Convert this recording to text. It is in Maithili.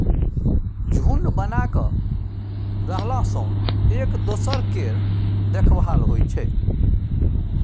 झूंड बना कय रहला सँ एक दोसर केर देखभाल होइ छै